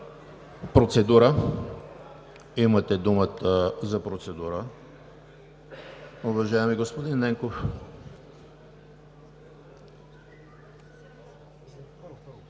ДОКУМЕНТИ. Имате думата за процедура, уважаеми господин Ненков.